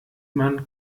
man